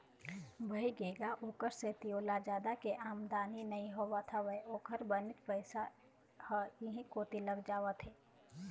भइगे गा ओखरे सेती ओला जादा के आमदानी नइ होवत हवय ओखर बनेच पइसा ह इहीं कोती लग जावत हे